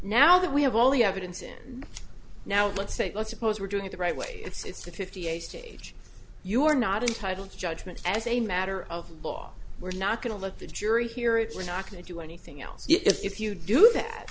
now that we have all the evidence in now let's say let's suppose we're doing it the right way it's a fifty eight stage you are not entitled to judgment as a matter of law we're not going to let the jury hear it we're not going to do anything else if you do that